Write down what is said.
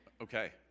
Okay